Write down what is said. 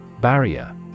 Barrier